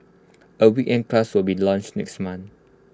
A weekend class will be launched next month